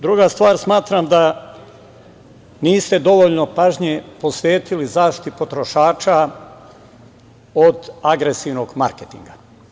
Druga stvar, smatram da niste dovoljno pažnje posvetili zaštiti potrošača od agresivnog marketinga.